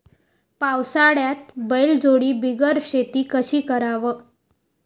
पावसाळ्यात बैलजोडी बिगर शेती कशी कराव?